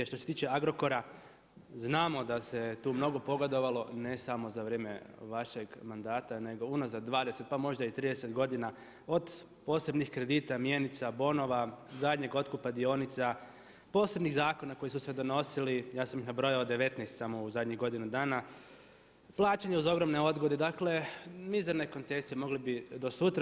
Što se tiče Agrokora znamo da se tu mnogo pogodovalo, ne samo za vrijeme vašeg mandata, nego unazad 20, pa možda i 30 godina od posebnih kredita, mjenica, bonova, zadnjeg otkupa dionica, posebnih zakona koji su se donosili, ja sam ih nabrojao 19 samo u zadnjih godinu dana, plaćanje uz ogromne odgode, dakle, mizerne koncesije, mogli bi do sutra.